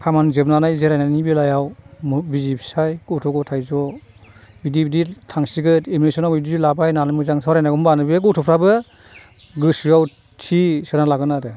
खामानि जोबनानै जिरायनायनि बेलायाव बिसि फिसाय गथ' गथाय ज' बिदि बिदि थांसिनो एडमिसनाव बिदि लाबाय होननानै मोजां सावरायनांगौ होमब्लानो बे गथ'फ्राबो गोसोआव थि सोना लांगोन आरो